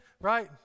right